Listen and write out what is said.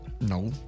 No